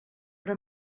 però